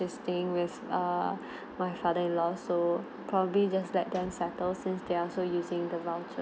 ~e's staying with err my father-in-law so probably just let them settle since they are also using the voucher